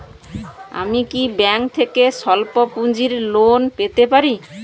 আমি কি ব্যাংক থেকে স্বল্প পুঁজির লোন পেতে পারি?